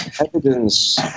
evidence